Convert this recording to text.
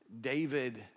David